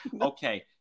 okay